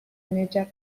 major